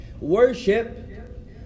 Worship